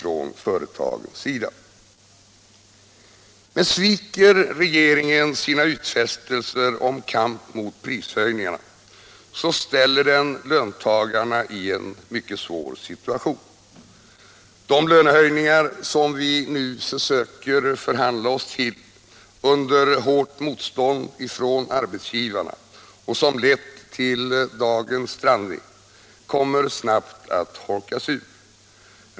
Men om regeringen sviker sina utfästelser om kamp mot prishöjningarna, så ställer den löntagarna i en svår situation. De lönehöjningar vi nu försöker förhandla oss till under hårt motstånd från arbetsgivarna och som lett fram till dagens strandning kommer snabbt att holkas ur.